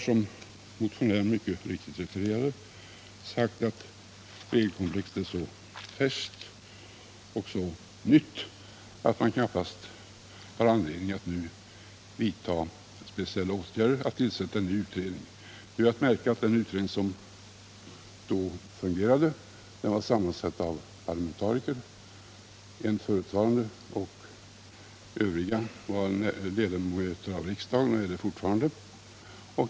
Som motionären mycket riktigt refererade har utskottet sagt att riktlinjerna är så färska att man knappast har anledning att nu vidta speciella åtgärder eller att tillsätta en ny utredning. Att märka är att den utredning som tidigare har fungerat var sammansatt av parlamentariker. En ledamot av utredningen hade varit riksdagsman och övriga var ledamöter av riksdagen och är det fortfarande.